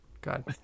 God